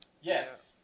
Yes